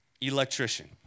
Electrician